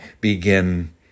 begin